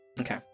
Okay